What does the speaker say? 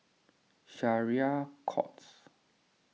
Syariah Courts